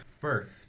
First